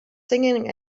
singing